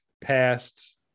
past